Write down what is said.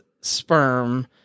sperm